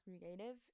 creative